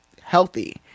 healthy